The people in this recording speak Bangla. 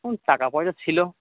ওই টাকা পয়সা ছিলো